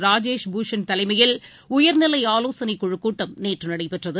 ராஜேஷ் பூஷண் தலைமையில் உயர்நிலைஆலோசனைக்குழுக் கூட்டம் நேற்றுநடைபெற்றது